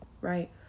right